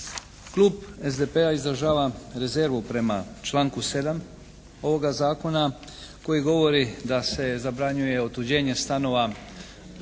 klub SDP-a izražava rezervu prema članku 7. ovoga zakona koji govori da se zabranjuje otuđenje stanova